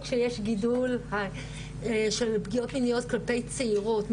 שיש גידול של פגיעות מיניות כלפי צעירות,